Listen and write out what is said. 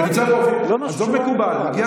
זה לא משהו שלא היה.